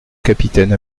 capitaine